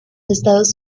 estados